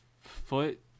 foot